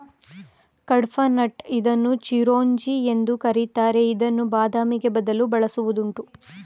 ಕುಡ್ಪನಟ್ ಇದನ್ನು ಚಿರೋಂಜಿ ಎಂದು ಕರಿತಾರೆ ಇದನ್ನು ಬಾದಾಮಿಗೆ ಬದಲು ಬಳಸುವುದುಂಟು